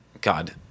God